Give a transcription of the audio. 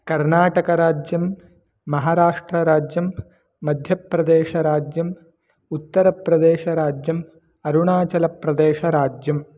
कर्नाटकराज्यं महाराष्ट्रराज्यं मध्यप्रदेशराज्यम् उत्तरप्रदेशराज्यम् अरुणाचलप्रदेशराज्यम्